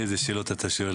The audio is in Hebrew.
איזה שאלות אתה שואל.